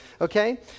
Okay